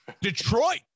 Detroit